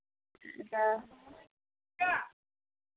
ᱦᱮᱸ